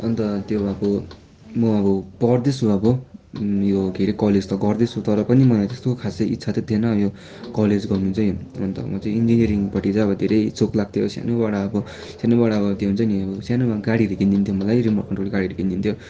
अन्त त्यो अब म पढ्दैछु अब यो के के अरे कलेज त गर्दैछु तर पनि मलाई त्यस्तो खासै इच्छा त थिएन यो कलेज गर्न चाहिँ अन्त म चाहिँ इन्जिनियरिङपट्टि चाहिँ अब धेरै सोक लाग्थ्यो सानैबाट अब सानैबाट अब त्यो हुन्छ नि सानोमा गाडीहरू किनिदिन्थ्यो मलाई रिमोट भएको गाडीहरू किनिदिन्थ्यो